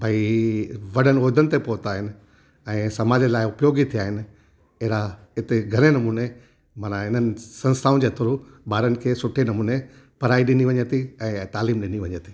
भई वॾनि ओहदनि ते पहुता आहिनि ऐं समाज जे लाइ उपयोगी थिया आहिनि अहिड़ा हिते घणे नमूने माना इननि संस्थाऊं जे थ्रू ॿारनि खे सुठे नमूने पढ़ाई ॾिनी वञे थी ऐं तालीम ॾिनी वञे थी